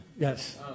Yes